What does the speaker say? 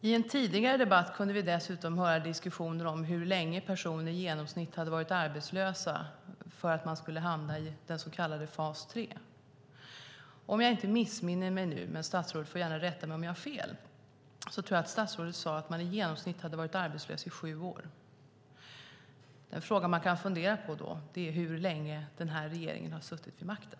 I en tidigare debatt diskuterades hur länge personerna i genomsnitt varit arbetslösa innan de hamnade i det så kallade fas 3. Om jag inte missminner mig - statsrådet får gärna rätta mig om jag har fel - sade statsrådet att dessa personer i genomsnitt varit arbetslösa i sju år. En fråga man kan fundera på är hur länge den nuvarande regeringen suttit vid makten.